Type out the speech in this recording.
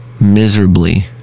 miserably